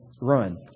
run